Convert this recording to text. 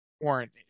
warrant